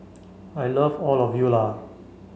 I love all of you Lah